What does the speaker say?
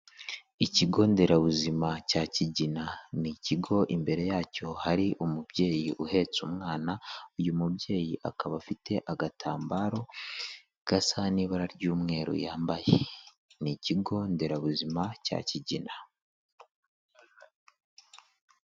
Ikigo nderabuzima cya Kigina ni ikigo imbere yacyo hari umubyeyi uhetse umwana, uyu mubyeyi akaba afite agatambaro gasa n'ibara ry'umweru yambaye. Ni ikigo nderabuzima cya Kigina.